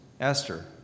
Esther